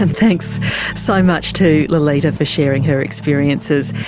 um thanks so much to lolita for sharing her experiences.